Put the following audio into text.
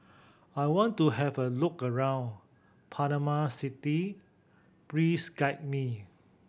I want to have a look around Panama City please guide me